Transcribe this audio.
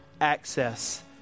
access